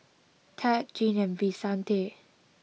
Tad Jean and Vicente